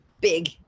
big